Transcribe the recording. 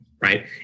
right